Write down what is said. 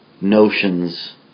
notions